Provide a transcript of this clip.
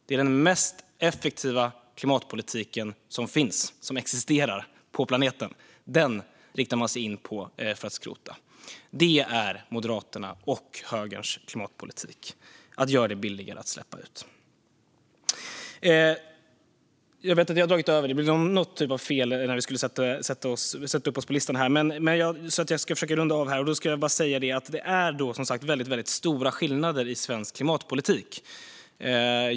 Det är den mest effektiva klimatpolitik som existerar på planeten, och den riktar man in sig på att skrota. Det är Moderaternas och högerns klimatpolitik - att göra det billigare att släppa ut. Jag vet att jag har dragit över talartiden, så jag ska försöka runda av nu genom att säga att det som sagt är väldigt stora skillnader i svensk klimatpolitik.